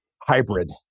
hybrid